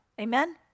Amen